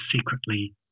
secretly